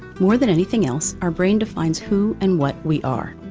more than anything else, our brain defines who and what we are.